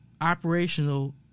operational